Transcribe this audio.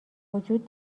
وجود